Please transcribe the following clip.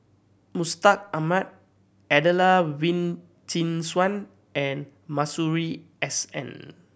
Mustaq Ahmad Adelene Wee Chin Suan and Masuri S N